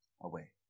away